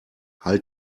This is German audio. halt